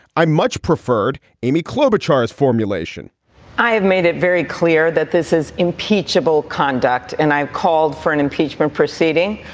i much preferred amy klobuchar as formulation i have made it very clear that this is impeachable conduct and i called for an impeachment proceeding.